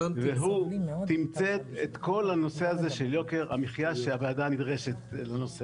והוא תמצת את כל הנושא הזה של יוקר המחיה שהוועדה נדרשת אליו.